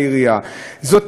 זאת התנהלות שקרית,